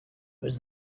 was